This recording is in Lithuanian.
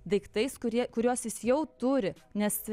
daiktais kurie kuriuos jis jau turi nes